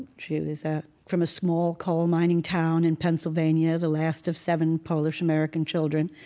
she was ah from a small coal mining town in pennsylvania, the last of seven polish-american children,